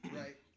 right